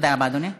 תודה רבה, אדוני.